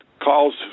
calls